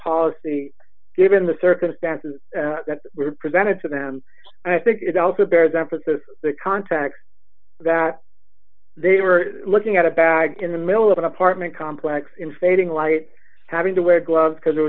policy given the circumstances that were presented to them and i think it also bears emphasis on the contacts that they were looking at a bag in the middle of an apartment complex in fading light having to wear gloves because